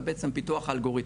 בבעצם פיתוח אלגוריתם,